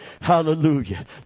Hallelujah